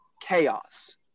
chaos